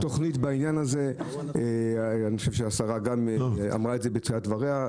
יש לנו תוכנית בעניין הזה וגם השרה אמרה את זה בתחילת דבריה.